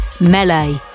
Melee